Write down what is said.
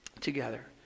together